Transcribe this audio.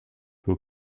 peut